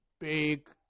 big